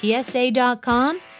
PSA.com